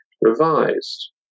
revised